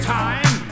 time